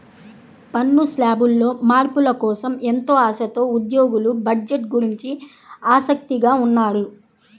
పన్ను శ్లాబుల్లో మార్పుల కోసం ఎంతో ఆశతో ఉద్యోగులు బడ్జెట్ గురించి ఆసక్తిగా ఉన్నారు